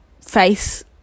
face